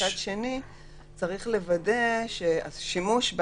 מצד שני צריך להבין מכוח